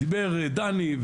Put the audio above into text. דיבר דני,